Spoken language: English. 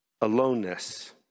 aloneness